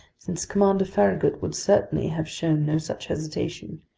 since commander farragut would certainly have shown no such hesitation.